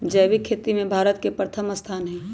जैविक खेती में भारत के प्रथम स्थान हई